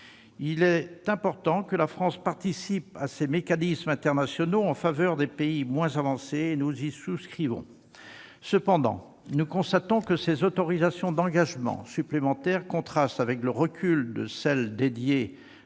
Il est important que la France participe à ces mécanismes internationaux en faveur des pays moins avancés, et nous y souscrivons. Cependant, nous constatons que ces autorisations d'engagement supplémentaires contrastent avec le recul de celles qui